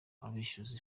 abeshyuza